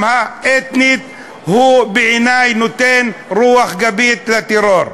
האתנית הוא בעיני נותן רוח גבית לטרור.